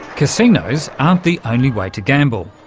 casinos aren't the only way to gamble.